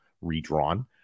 redrawn